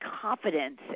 confidence